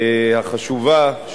החשובה,